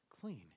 clean